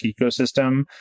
ecosystem